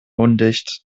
undicht